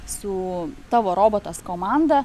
su tavo robotas komanda